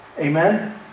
Amen